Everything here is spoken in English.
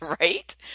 right